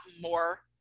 more